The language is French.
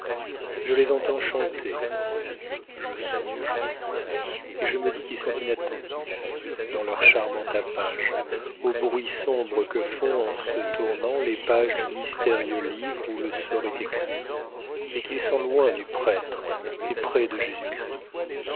je les entends chanter je songe et je me dis qu'ils sont inattentifs dans leurs charmants tapages au bruit sombre que font en se tournant les pages du mystérieux livre où le sort est écrit et qu'ils sont loin du prêtre et près de